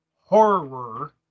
horror